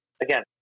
again